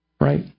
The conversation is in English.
Right